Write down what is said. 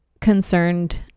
concerned